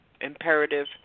imperative